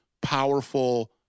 powerful